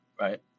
right